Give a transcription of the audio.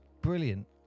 brilliant